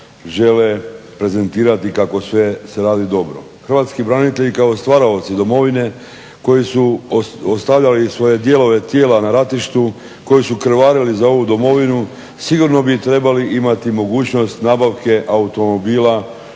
Hrvatski branitelji kao stvaraoci domovine koji su ostavljali i svoje dijelove tijela na ratištu, koji su krvarili za ovu Domovinu sigurno bi trebali imati mogućnost nabavke automobila